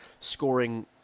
scoring